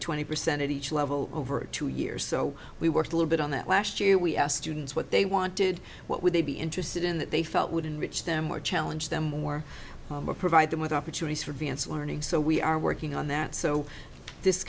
twenty percent at each level over two years so we worked a little bit on that last year we asked students what they wanted what would they be interested in that they felt would enrich them or challenge them more provide them with opportunities for vance learning so we are working on that so this